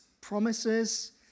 promises